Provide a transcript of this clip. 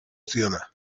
ziona